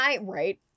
Right